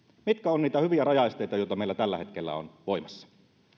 mitkä ovat niitä hyviä rajaesteitä joita meillä tällä hetkellä on voimassa